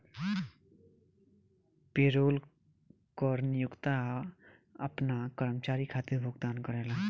payroll कर नियोक्ता आपना कर्मचारी खातिर भुगतान करेला